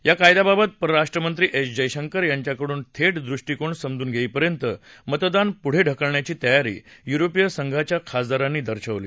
या कायद्याबाबत परराष्ट्रमंत्री एस जयशंकर यांच्याकडून थेट दृष्टीकोन समजून घेईपर्यंत मतदान पुढे ढकलण्याची तयारी युरोपीय संघाच्या खासदारांनी दर्शवली